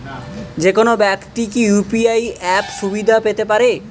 যেকোনো ব্যাক্তি কি ইউ.পি.আই অ্যাপ সুবিধা পেতে পারে?